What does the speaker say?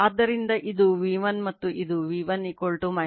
ಆದ್ದರಿಂದ ಇದು V1 ಮತ್ತು ಇದು V1 E1 ಆದ್ದರಿಂದ 180o ಔಟ್ ಆಫ್ ಫೇಸ್